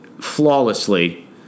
Flawlessly